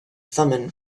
thummim